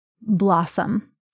blossom